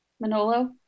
Manolo